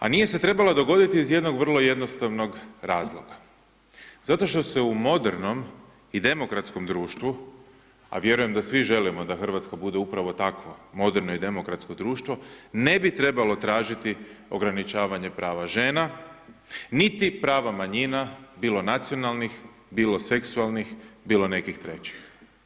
A nije se trebala dogoditi iz jednog vrlo jednostavnog razloga zato što se u modernom i demokratskom društvu a vjerujem da svi želimo da Hrvatska bude upravo takva moderno i demokratsko društvo ne bi trebalo tražiti ograničavanje prava žena, niti prava manjina, bilo nacionalnih, bilo seksualnih, bilo nekih trećih.